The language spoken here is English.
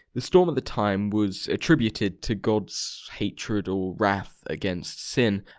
the storm of the time was attributed to god's. hatred. or wrath against sin.